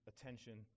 attention